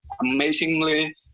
amazingly